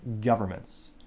Governments